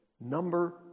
number